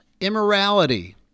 immorality